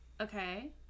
Okay